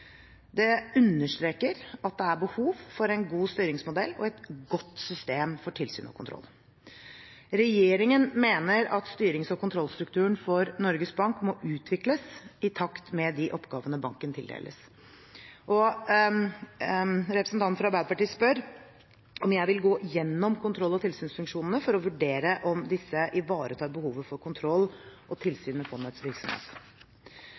Det understreker at det er behov for en god styringsmodell og et godt system for tilsyn og kontroll. Regjeringen mener at styrings- og kontrollstrukturen for Norges Bank må utvikles i takt med de oppgavene banken tildeles. Representanten fra Arbeiderpartiet spør om jeg vil gå gjennom kontroll- og tilsynsfunksjonene for å vurdere om disse ivaretar behovet for kontroll og tilsyn med fondets virksomhet.